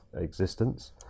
existence